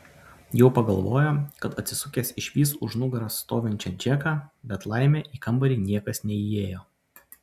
jau pagalvojo kad atsisukęs išvys už nugaros stovinčią džeką bet laimė į kambarį niekas neįėjo